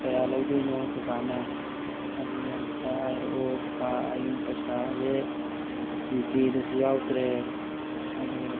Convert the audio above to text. ꯀꯌꯥ ꯂꯧꯗꯣꯏꯅꯣ ꯀꯀꯥꯅ ꯑꯗꯨꯗꯣ ꯑꯃꯇ ꯍꯥꯏꯔꯛꯑꯣ ꯀꯀꯥ ꯑꯩ ꯄꯩꯁꯥꯁꯦ ꯖꯤꯄꯦꯗꯁꯨ ꯌꯥꯎꯗ꯭ꯔꯦ ꯑꯗꯣ